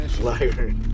Liar